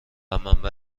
منبع